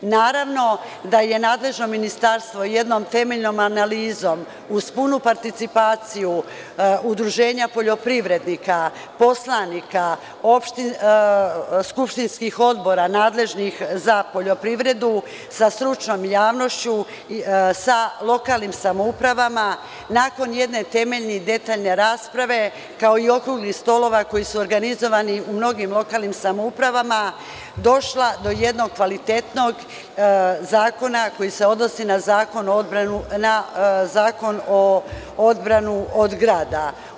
Naravno, da je nadležno ministarstvo jednom temeljnom analizom, uz punu participaciju udruženja poljoprivrednika, poslanika, skupštinskih odbora nadležnih za poljoprivredu, sa stručnom javnošću, sa lokalnim samoupravama, nakon jedne temeljne i detaljne rasprave, okruglih stolovakoji su organizovani u mnogim lokalnim samoupravama, došlo do jednog kvalitetnog zakona koji se odnosi na Zakon o odbrani od grada.